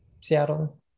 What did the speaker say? Seattle